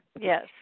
Yes